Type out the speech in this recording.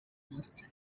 mostly